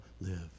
live